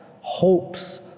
hopes